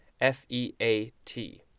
F-E-A-T